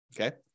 Okay